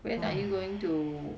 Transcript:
when are you going to